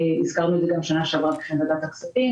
הזכרנו את זה גם בשנה שעברה בפני ועדת הכספים,